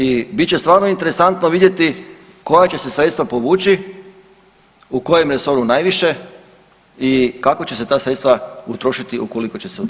I bit će stvarno interesantno vidjeti koja će se sredstva povući, u kojem resoru najviše i kako će se ta sredstva utrošiti ukoliko će se utrošiti.